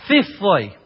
Fifthly